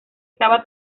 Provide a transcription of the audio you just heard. estaba